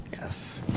Yes